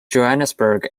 johannesburg